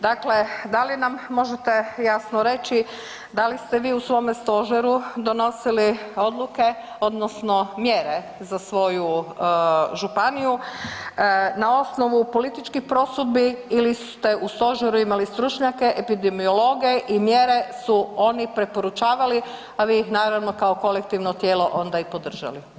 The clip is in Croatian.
Dakle, da li nam možete jasno reći da li ste vi u svome stožeru donosili odluke odnosno mjere za svoju županiju na osnovu političkih prosudbi ili ste u stožeru imali stručnjake, epidemiologe i mjere su oni preporučavali a vi ih naravno kao kolektivno tijelo onda i podržali?